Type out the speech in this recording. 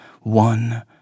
One